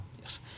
Yes